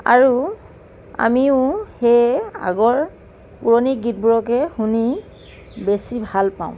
আৰু আমিও সেয়ে আগৰ পুৰণি গীতবোৰকে শুনি বেছি ভাল পাওঁ